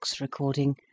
recording